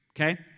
okay